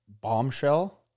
bombshell